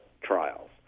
trials